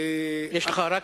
תודה רבה.